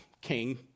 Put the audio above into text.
king